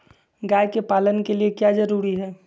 गाय के पालन के लिए क्या जरूरी है?